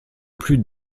plus